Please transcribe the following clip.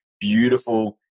beautiful